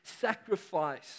sacrifice